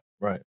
Right